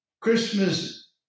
Christmas